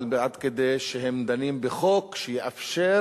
עד כדי שהם דנים בחוק שיאפשר